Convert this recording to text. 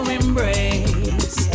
embrace